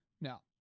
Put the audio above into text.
Now